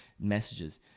messages